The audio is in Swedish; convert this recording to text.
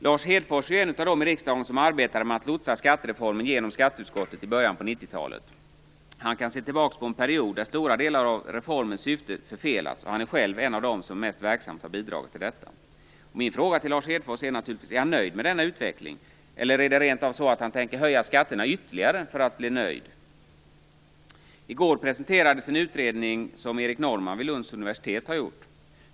Lars Hedfors är en av dem som i riksdagen arbetade med att lotsa skattereformen genom skatteutskottet i början av 90-talet. Han kan se tillbaka på en period där stora delar av reformens syfte förfelats, och han är själv en av dem som mest verksamt har bidragit till detta. Min fråga till Lars Hedfors är naturligtvis: Är Lars Hedfors nöjd med denna utveckling? Eller är det rent av så att han tänker höja skatterna ytterligare för att bli nöjd? I går presenterades en utredning som Erik Norrman vid Lunds universitet gjort.